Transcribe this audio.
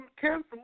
cancel